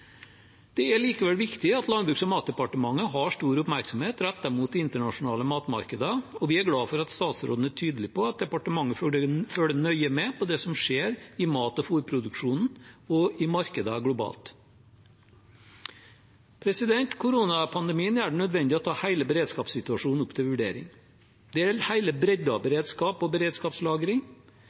Det er likevel viktig at Landbruks- og matdepartementet har stor oppmerksomhet rettet inn mot det internasjonale matmarkedet, og vi er glad for at statsråden er tydelig på at departementet følger nøye med på det som skjer i mat- og fôrproduksjonen og i markedene globalt. Koronapandemien gjør det nødvendig å ta hele beredskapssituasjonen opp til vurdering. Det gjelder hele bredden av beredskap og beredskapslagring,